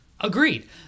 Agreed